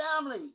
family